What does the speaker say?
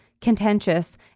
contentious